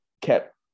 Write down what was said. kept